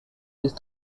these